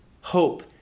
hope